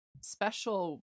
special